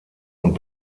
und